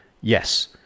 Yes